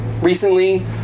Recently